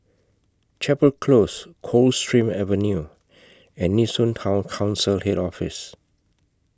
Chapel Close Coldstream Avenue and Nee Soon Town Council Head Office